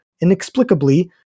inexplicably